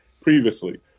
previously